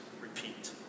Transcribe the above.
repeat